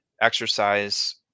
exercise